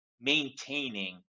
maintaining